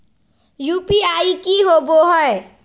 UPI की होवे हय?